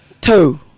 Two